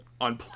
on